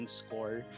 score